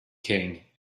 king